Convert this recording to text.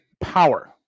power